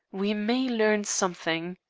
we may learn something.